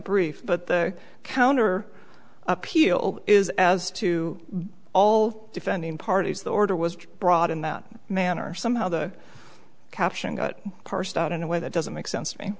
brief but the counter appeal is as to all defending parties the order was brought in that manner somehow the caption got parsed out in a way that doesn't make sense to me